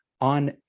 on